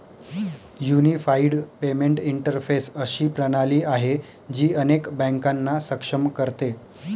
unified payment interface अशी प्रणाली आहे, जी अनेक बँकांना सक्षम करते